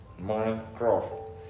Minecraft